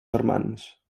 germans